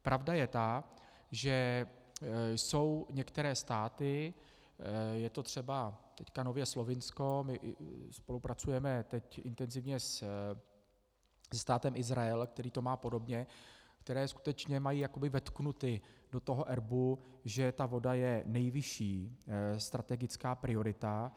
Pravda je ta, že jsou některé státy, je to třeba nově Slovinsko, spolupracujeme teď intenzivně se Státem Izrael, který to má podobně, které skutečně mají jakoby vetknuty do erbu, že voda je nejvyšší strategická priorita.